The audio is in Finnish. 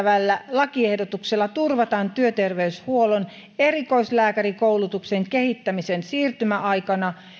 lakiehdotuksella turvataan työterveyshuollon erikoislääkärikoulutuksen kehittäminen siirtymäaikana